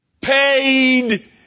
paid